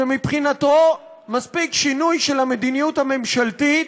שמבחינתו מספיק שינוי של המדיניות הממשלתית